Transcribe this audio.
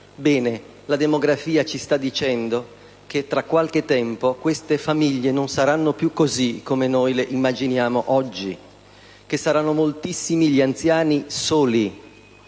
La demografia ci sta dicendo che tra qualche tempo queste famiglie non saranno più così come noi le immaginiamo. Saranno moltissimi gli anziani soli